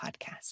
podcast